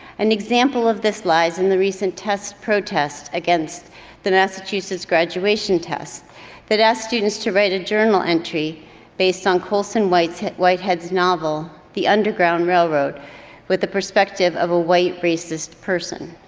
an example of this lies in the recent test protest against the massachusetts graduation test that asked students to write a journal entry based on colson whitehead's whitehead's novel, the underground railroad with the perspective of a white racist person.